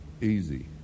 Easy